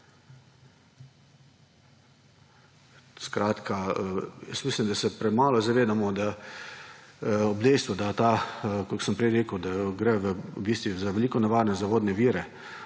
Skratka, jaz mislim, da se premalo zavedamo, da ob dejstvu, da ta kot sem prej rekel, da gre v bistvu za veliko nevarne vodne vire